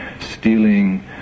stealing